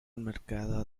mercado